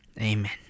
Amen